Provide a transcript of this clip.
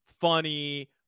funny